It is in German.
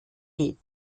geht